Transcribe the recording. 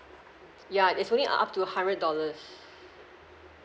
ya it's only up to hundred dollars